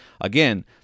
Again